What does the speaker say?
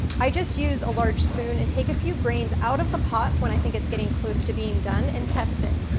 i just use a large spoon and take a few grains out of the pot when i think it's getting close to being done and test it,